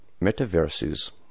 metaverses